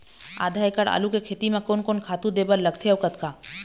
आधा एकड़ आलू के खेती म कोन कोन खातू दे बर लगथे अऊ कतका?